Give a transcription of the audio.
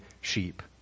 sheep